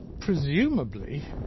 Presumably